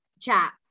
chat